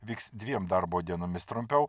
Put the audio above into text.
vyks dviem darbo dienomis trumpiau